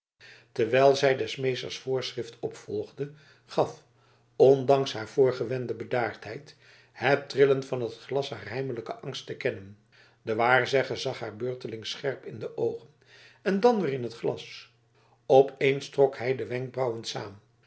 terwijl zij des meesters voorschrift opvolgde gaf ondanks haar voorgewende bedaardheid het trillen van het glas haar heimelijken angst te kennen de waarzegger zag haar beurtelings scherp in de oogen en dan weder in het glas op eens trok hij de wenkbrauwen saâm